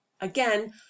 Again